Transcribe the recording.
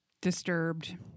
disturbed